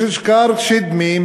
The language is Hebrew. יששכר שדמי,